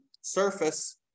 surface